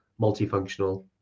multifunctional